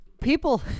People